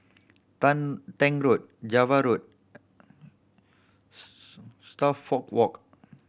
Tank Road Java Road Suffolk Walk